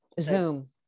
Zoom